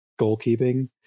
goalkeeping